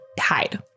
hide